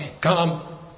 come